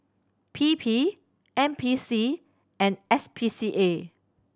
P P N P C and S P C A